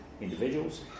individuals